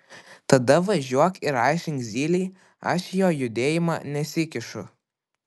tada važiuok ir aiškink zylei aš į jo judėjimą nesikišu